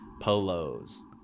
polos